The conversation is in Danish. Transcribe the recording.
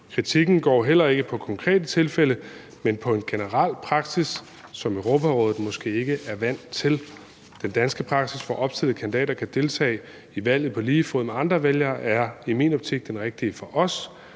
Kritikken går heller ikke på konkrete tilfælde, men på en generel praksis, som Europarådet måske ikke er vant til. Den danske praksis med, at opstillede kandidater kan deltage i valget på lige fod med andre vælgere, er i min optik den rigtige for os.